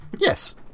Yes